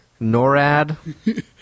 norad